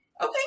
Okay